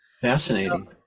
Fascinating